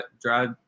drive